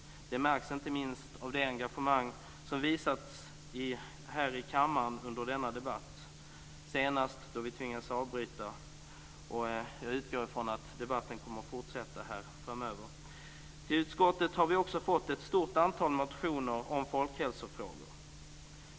Det märks inte minst av det engagemang som visades här i kammaren under denna debatt innan vi tvingades avbryta den. Jag utgår från att debatten kommer att fortsätta framöver. Till utskottet har vi också fått ett stort antal motioner om folkhälsofrågor.